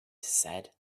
said